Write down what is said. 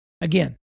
Again